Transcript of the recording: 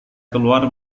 keluar